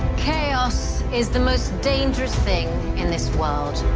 chaos is the most dangerous thing in this world.